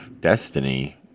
Destiny